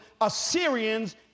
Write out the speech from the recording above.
Assyrians